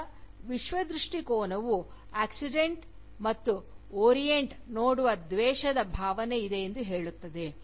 ಈಗ ವಿಶ್ವದೃಷ್ಟಿಕೋನವು ಆಕ್ಸಿಡೆಂಟ್ ಮತ್ತು ಓರಿಯಂಟ್ ನೋಡುವ ದ್ವೇಷದ ಭಾವನೆ ಇದೆ ಎಂದು ಹೇಳುತ್ತದೆ